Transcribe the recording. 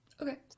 Okay